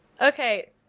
Okay